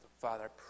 Father